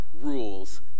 rules